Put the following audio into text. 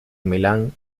milán